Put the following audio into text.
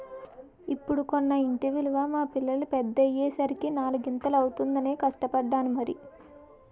ఇప్పుడు కొన్న ఇంటి విలువ మా పిల్లలు పెద్దయ్యే సరికి నాలిగింతలు అవుతుందనే కష్టపడ్డాను మరి